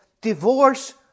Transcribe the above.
Divorce